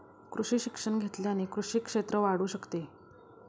कृषी शिक्षण घेतल्याने कृषी क्षेत्र वाढू शकते